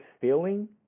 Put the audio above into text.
feeling